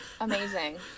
amazing